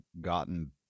gotten